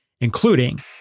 including